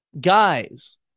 guys